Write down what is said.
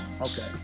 Okay